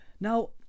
Now